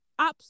apps